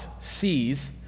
sees